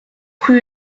rue